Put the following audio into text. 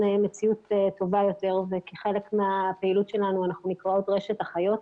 מציאות טובה יותר אנחנו נקראות "רשת אחיות",